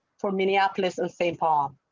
for minneapolis and saint paul. um